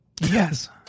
Yes